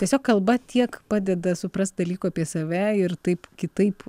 tiesiog kalba tiek padeda suprast dalykų apie save ir taip kitaip